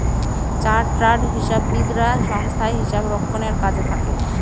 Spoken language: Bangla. চার্টার্ড হিসাববিদরা সংস্থায় হিসাব রক্ষণের কাজে থাকে